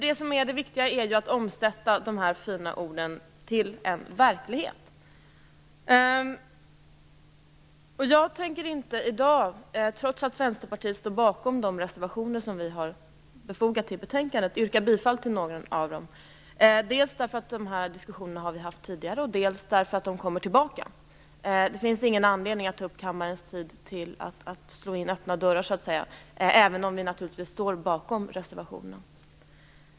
Det viktiga är ju att omsätta de fina orden till en verklighet. Trots att Vänsterpartiet står bakom de reservationer som vi har fogat till betänkandet tänker jag i dag inte yrka bifall till någon av dem, dels därför att dessa diskussioner har förts tidigare, dels därför att de återkommer. Det finns ingen anledning att ta upp kammarens tid för att slå in öppna dörrar, även om vi naturligtvis står bakom reservationerna.